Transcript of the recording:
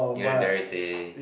you know there's a